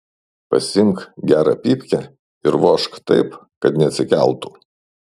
pasiimk gerą pypkę ir vožk taip kad neatsikeltų